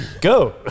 Go